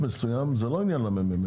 עוד מעט.